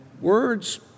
words